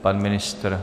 Pan ministr?